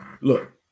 look